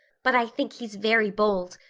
but i think he's very bold.